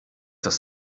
das